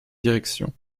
direction